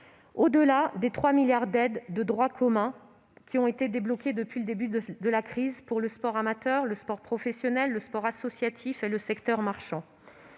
au-delà des 3 milliards d'aides de droit commun débloqués depuis le début de la crise pour le sport amateur, le sport professionnel, le sport associatif et le secteur marchand.